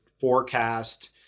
forecast